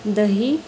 ଦହି